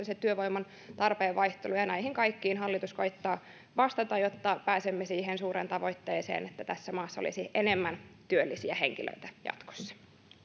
se työvoiman tarpeen vaihtelu on erittäin sesonkiluonteista ja näihin kaikkiin hallitus koettaa vastata jotta pääsemme siihen suureen tavoitteeseen että tässä maassa olisi enemmän työllisiä henkilöitä jatkossa